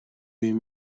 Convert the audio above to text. you